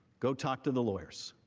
go talk to the lawyers.